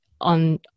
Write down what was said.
on